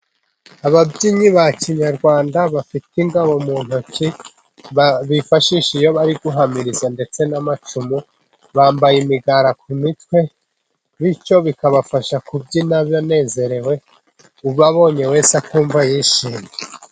Ababyinnyi ba kinyarwanda bafite ingabobo mu ntoki, bifashishije iyo bari guhamiriza ndetse n'amacumu, bambaye imigara ku mitwe, bityo bikabafasha kubyina banezerewe ,ubabonye wese akumva yishimye.